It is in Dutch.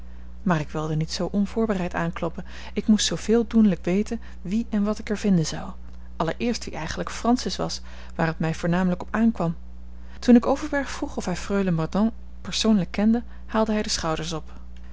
maar ik wilde niet zoo onvoorbereid aankloppen ik moest zooveel doenlijk weten wie en wat ik er vinden zou allereerst wie eigenlijk francis was waar het mij voornamelijk op aankwam toen ik overberg vroeg of hij freule mordaunt persoonlijk kende haalde hij de schouders op